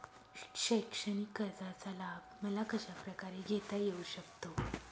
शैक्षणिक कर्जाचा लाभ मला कशाप्रकारे घेता येऊ शकतो?